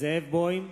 זאב בוים,